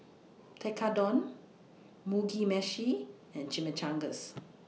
Tekkadon Mugi Meshi and Chimichangas